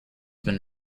been